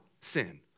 sin